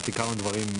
להגיד כמה דברים,